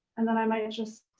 and then i might just